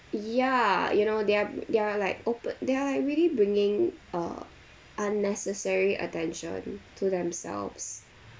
ya you know they're they're like open~ they are like really bringing uh unnecessary attention to themselves